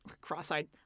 cross-eyed